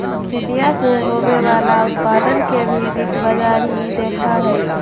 खेतीया से होवे वाला उत्पादन के भी वित्त बाजार ही देखा हई